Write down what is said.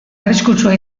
arriskutsua